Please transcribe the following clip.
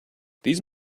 these